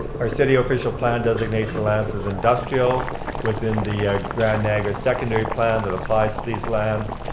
our city official plan designates the lands as industrial within the grand niagara secondary plan that applies to these lands.